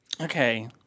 Okay